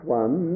one